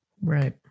Right